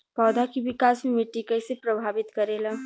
पौधा के विकास मे मिट्टी कइसे प्रभावित करेला?